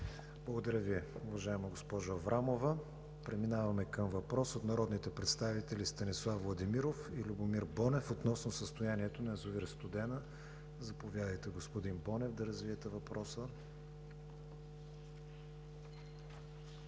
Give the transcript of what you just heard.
Благодаря Ви, уважаема госпожо Аврамова. Преминаваме към въпрос от народните представители Станислав Владимиров и Владимир Бонев относно състоянието на язовир „Студена“. Господин Бонев, заповядайте да развиете въпроса.